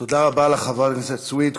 תודה רבה לך, חברת הכנסת סויד.